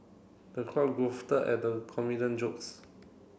the crowd at the comedian jokes